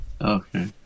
Okay